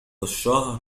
الشهر